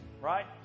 right